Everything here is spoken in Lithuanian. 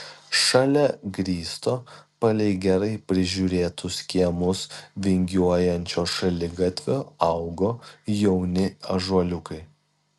šalia grįsto palei gerai prižiūrėtus kiemus vingiuojančio šaligatvio augo jauni ąžuoliukai